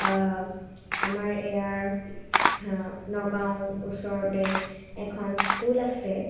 আমাৰ ইয়াৰ নগাঁও ওচৰতে এখন স্কুল আছে